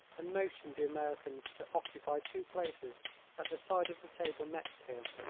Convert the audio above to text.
and motioned the americans to occupy two places at the side of the table next him.